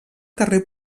carrer